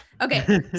Okay